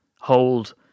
hold